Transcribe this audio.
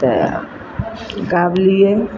तऽ गाबलियै